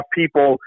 people